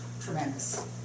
tremendous